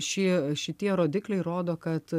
šie šitie rodikliai rodo kad